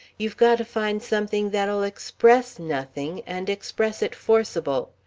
you've got to find something that'll express nothing, and express it forcible.